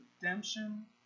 redemption